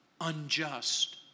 unjust